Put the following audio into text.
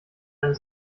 eine